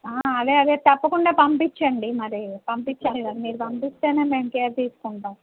అదే అదే తప్పకుండా పంపిచండి మరి పంపించండి మీరు పంపిస్తేనే మేం కేర్ తీసుకుంటాం